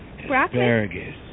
asparagus